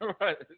Right